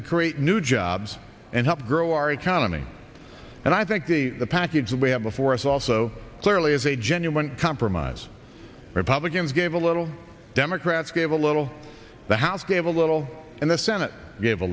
to create new jobs and help grow our economy and i think the package that we have before us also clearly is a genuine compromise republicans gave a little democrats gave a little the house gave a little and the senate gave a